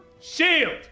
shield